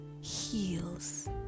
heals